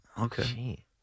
Okay